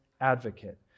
advocate